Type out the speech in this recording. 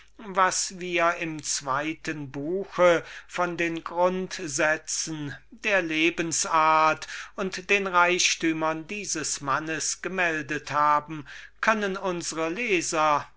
was im zweiten buch von den grundsätzen der lebensart und den reichtümern dieses mannes gemeldet worden können unsre leser